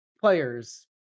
players